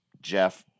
jeff